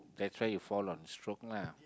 that's why you fall on stroke lah